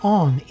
on